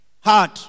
hard